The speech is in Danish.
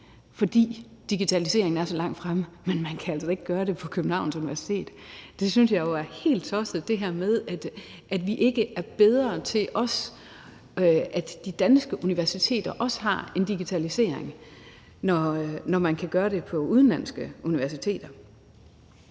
fordi digitaliseringen er så langt fremme, men man kan altså ikke gøre det på Københavns Universitet. Det synes jeg jo altså er helt tosset, altså det her med, at vi ikke er bedre til at sørge for, at også de danske universiteter har en digitalisering, når man kan gøre det på udenlandske universiteter.